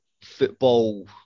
football